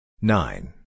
Nine